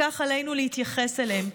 וכך עלינו להתייחס אליהם,